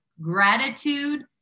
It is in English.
gratitude